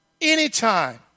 anytime